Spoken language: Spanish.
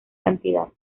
cantidad